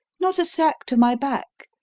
not a sack to my back.